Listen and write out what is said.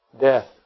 Death